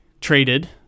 traded